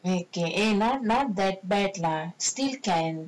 okay eh not not that bad lah still can